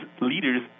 leaders